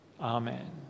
Amen